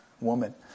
woman